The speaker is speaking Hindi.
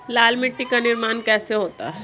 लाल मिट्टी का निर्माण कैसे होता है?